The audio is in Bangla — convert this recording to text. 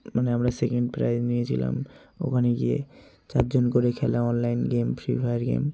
মানে আমরা সেকেন্ড প্রাইজ নিয়েছিলাম ওখানে গিয়ে চার জন করে খেলা online game Free Fire game